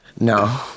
No